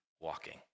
walking